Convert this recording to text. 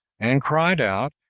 and cried out,